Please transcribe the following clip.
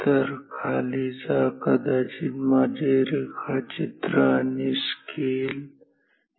तर खाली जा कदाचित माझे रेखाचित्र आणि स्केल ई